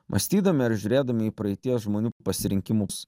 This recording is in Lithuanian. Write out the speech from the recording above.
mąstydami ar žiūrėdami į praeities žmonių pasirinkimus